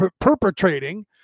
perpetrating